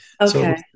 Okay